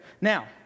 Now